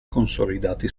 consolidati